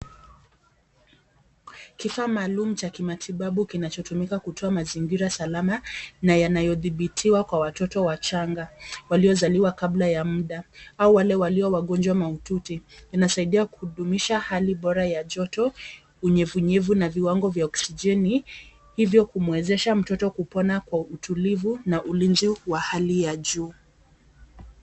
Kifaa maalum cha kimatibabu kinachotumika kutoa mazingira salama na yanayodhibitiwa kwa watoto wachanga, waliozaliwa kabla ya muda au wale walio wagonjwa mahututi. Inasaidia kudumisha hali bora ya joto, unyevu unyevu na viwango vya oksijeni hivyo kumwezesha mtoto kupona kwa utulivu na ulinzi wa hali ya juu.